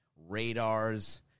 radars